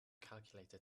calculator